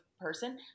person